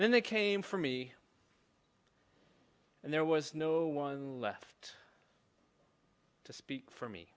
then they came for me and there was no one left to speak for me